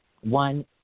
one